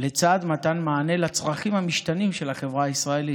לצד מתן מענה לצרכים המשתנים של החברה הישראלית.